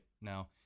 now